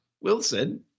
Wilson